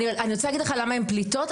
אני אסביר לכם למה הן פליטות.